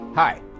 Hi